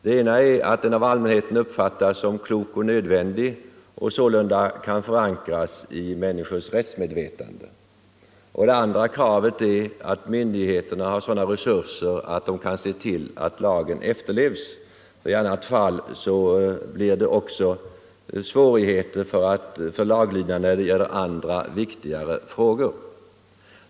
Det ena är att den av allmänheten uppfattas som klok och nödvändig och sålunda kan förankras i människors rättsmedvetande. Det andra är att myndigheterna har resurser att se till att lagen efterlevs. I annat fall uppstår svårigheter också när det gäller laglydnaden i andra, viktigare frågor.